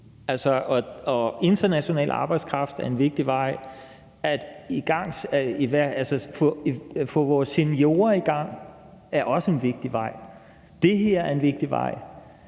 International arbejdskraft er en vigtig vej. At få vores seniorer i gang er også en vigtig vej. Det her er en vigtig vej.